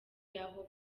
y’aho